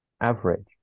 average